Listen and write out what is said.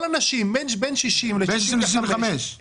כל הנשים מגיל 60 עד גיל 65,